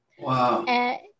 Wow